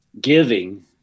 giving